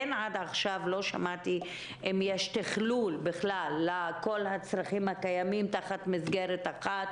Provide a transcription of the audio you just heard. עד עכשיו לא שמעתי האם ישנו תכלול של כל הצרכים הקיימים תחת מסגרת אחת.